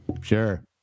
Sure